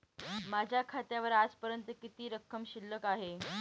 माझ्या खात्यावर आजपर्यंत किती रक्कम शिल्लक आहे?